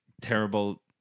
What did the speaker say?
terrible